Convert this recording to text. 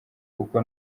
kuko